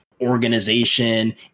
organization